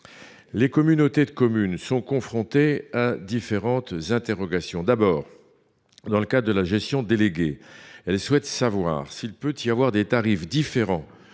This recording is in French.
Les communautés de communes sont confrontées à différentes interrogations. D’abord, dans le cadre de la gestion déléguée, elles souhaitent savoir s’il peut y avoir des tarifs différents